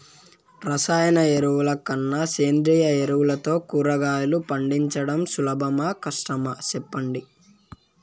రసాయన ఎరువుల కన్నా సేంద్రియ ఎరువులతో కూరగాయలు పండించడం సులభమా కష్టమా సెప్పండి